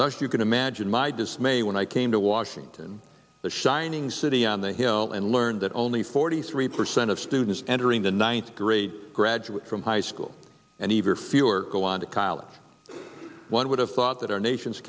not you can imagine my dismay when i came to washington the shining city on the hill and learned that only forty three percent of students entering the ninth grade graduate from high school and even are fewer go on to college one would have thought that our nation's